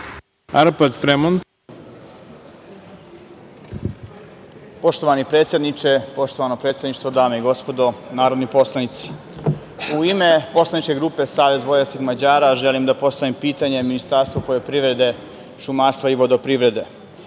**Arpad Fremond** Poštovani predsedniče, poštovano predsedništvo, dame i gospodo narodni poslanici, u ime poslaničke grupe SVM želim da postavim pitanje Ministarstvu poljoprivrede, šumarstva i vodoprivrede. Pitanje